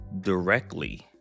directly